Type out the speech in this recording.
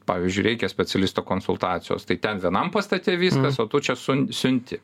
pavyzdžiui reikia specialisto konsultacijos tai ten vienam pastate viskas o tu čia sun siunti